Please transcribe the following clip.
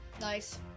Nice